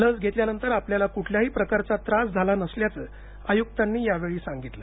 लस घेतल्यानंतर आपल्याला कुठल्याही प्रकारचा त्रास झाला नसल्याचं आयुक्तांनी यावेळी सांगितलं